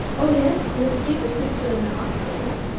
oh, yes, miss stevens is still in the hospital,